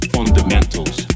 Fundamentals